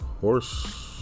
horse